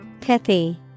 Pithy